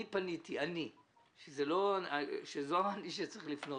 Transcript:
אני פניתי - זה לא אני זה שצריך לפנות